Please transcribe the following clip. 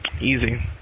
Easy